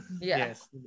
yes